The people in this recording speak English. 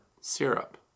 syrup